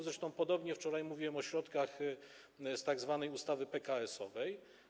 Zresztą podobnie wczoraj mówiłem o środkach z tzw. ustawy PKS-owej.